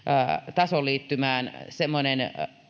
tasoliittymään semmoinen